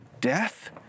death